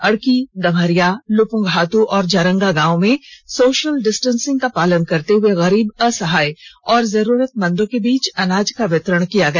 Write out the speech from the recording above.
अड़की गम्हरिया लुपुंगहातू और जारंगा गांव में सोशल डिस्टेंसिंग का पालन करते हए गरीब असहाय और जरूरतमंदों के बीच अनाज का वितरण किया गया